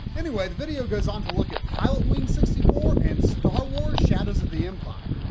anyway, the video goes on to look at pilotwings sixty four and star wars shadows of the empire.